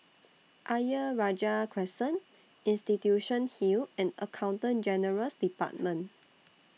Ayer Rajah Crescent Institution Hill and Accountant General's department